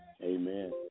Amen